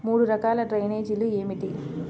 మూడు రకాల డ్రైనేజీలు ఏమిటి?